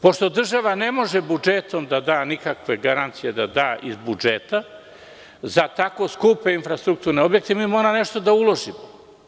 Pošto država ne može budžetom da da nikakve garancije iz budžeta za tako skupe infrastrukturne objekte, mi moramo nešto da uložimo.